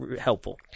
helpful